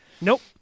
Nope